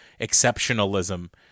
exceptionalism